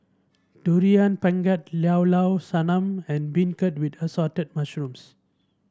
Durian Pengat Llao Llao Sanum and beancurd with Assorted Mushrooms